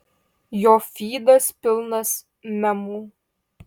jo fydas pilnas memų